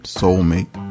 soulmate